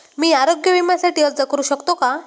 मी आरोग्य विम्यासाठी अर्ज करू शकतो का?